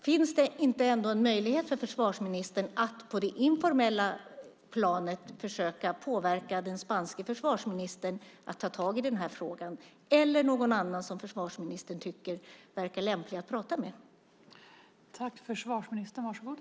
Finns det inte möjlighet för försvarsministern att på det informella planet försöka påverka den spanske försvarsministern - eller någon annan som försvarsministern tycker verkar lämplig att tala med - att ta tag i frågan?